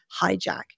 hijack